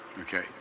Okay